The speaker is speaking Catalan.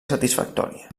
satisfactòria